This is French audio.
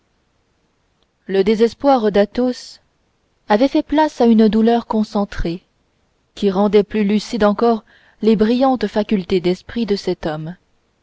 le désespoir d'athos avait fait place à une douleur concentrée qui rendait plus lucides encore les brillantes facultés d'esprit de cet homme